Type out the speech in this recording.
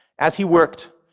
as he worked,